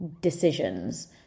decisions